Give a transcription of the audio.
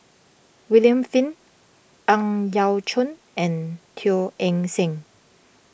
William Flint Ang Yau Choon and Teo Eng Seng